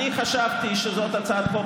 ובסוף השתכנעת ממנו.